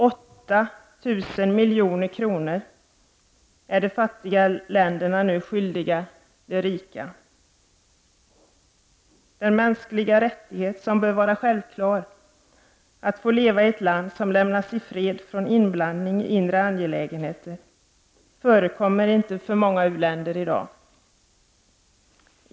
8 000 milj.kr. är de fattiga länderna nu skyldiga de rika. Den mänskliga rättighet som bör vara självklar — att få leva i ett land som lämnas i fred från inblandning i sina inre angelägenheter — förekommer inte för många u-länder i dag.